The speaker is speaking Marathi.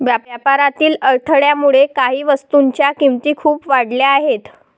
व्यापारातील अडथळ्यामुळे काही वस्तूंच्या किमती खूप वाढल्या आहेत